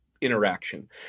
interaction